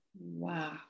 Wow